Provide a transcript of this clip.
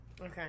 Okay